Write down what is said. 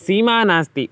सीमा नास्ति